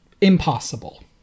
Impossible